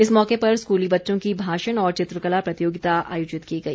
इस मौके पर स्कूली बच्चों की भाषण और चित्रकला प्रतियोगिता आयोजित की गई